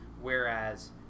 Whereas